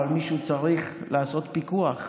אבל מישהו צריך לעשות פיקוח,